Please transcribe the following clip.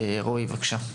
רועי, בבקשה.